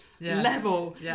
level